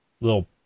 little